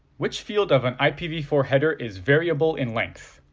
which field of an i p v four header is variable in length?